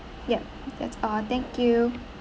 yup that's all thank you